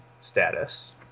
status